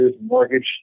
mortgage